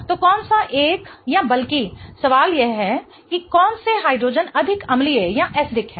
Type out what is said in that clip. तो कौन सा एक या बल्कि सवाल यह है कि कौन से हाइड्रोजेन अधिक अम्लीय हैं